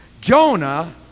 Jonah